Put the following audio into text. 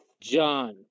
John